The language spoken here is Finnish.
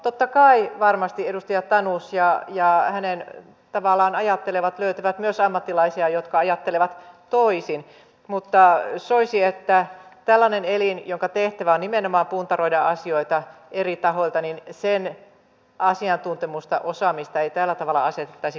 totta kai varmasti edustaja tanus ja hänen tavallaan ajattelevat löytävät myös ammattilaisia jotka ajattelevat toisin mutta soisi että tällaisen elimen jonka tehtävä on nimenomaan puntaroida asioita eri kannoilta asiantuntemusta ja osaamista ei tällä tavalla asetettaisi kyseenalaiseksi